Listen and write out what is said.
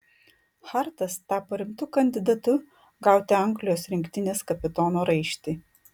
hartas tapo rimtu kandidatu gauti anglijos rinktinės kapitono raištį